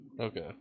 Okay